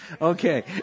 Okay